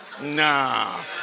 Nah